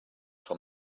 from